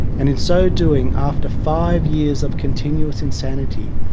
and in so doing, after five years of continuous insanity,